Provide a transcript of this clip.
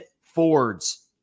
Fords